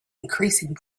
increasing